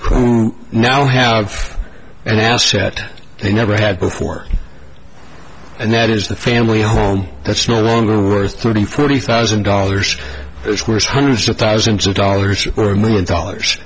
who now have an asset they never had before and that is the family home that's no longer worth thirty forty thousand dollars is worth hundreds of thousands of dollars or a million dollars